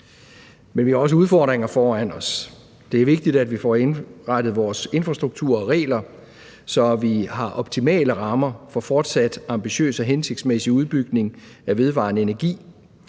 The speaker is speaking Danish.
Men vi har også udfordringer foran os. Det er vigtigt, at vi får indrettet vores infrastruktur og regler, så vi har optimale rammer for fortsat ambitiøs og hensigtsmæssig udbygning af vedvarende energi.